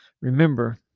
remember